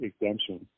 exemption